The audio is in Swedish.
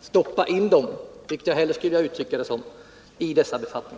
stoppa in dem, som jag hellre skulle vilja uttrycka det — i dessa befattningar.